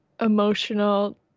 emotional